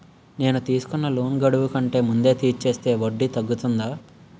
నేను తీసుకున్న లోన్ గడువు కంటే ముందే తీర్చేస్తే వడ్డీ తగ్గుతుందా?